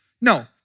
No